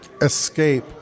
escape